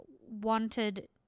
wanted